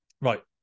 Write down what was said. right